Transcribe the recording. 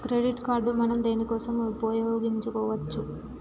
Credit card మనం దేనికోసం ఉపయోగించుకోవచ్చు?